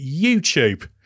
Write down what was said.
YouTube